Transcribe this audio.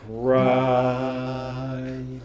cry